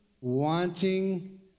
wanting